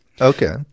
Okay